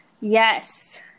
Yes